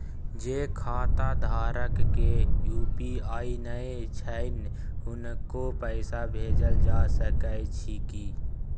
जे खाता धारक के यु.पी.आई नय छैन हुनको पैसा भेजल जा सकै छी कि?